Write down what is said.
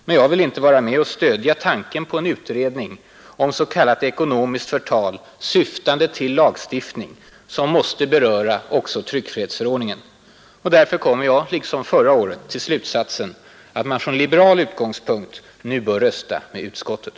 Men jag vill inte vara med och stödja tanken på en utredning om s.k. ekonomiskt förtal, ”syftande till lagstiftning,” som måste beröra tryckfrihetsförordningen. Därför kommer jag liksom förra året till slutsatsen att man från liberal utgångspunkt nu bör rösta med utskottet.